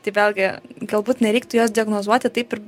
tai vėlgi galbūt nereiktų jos diagnozuoti taip ir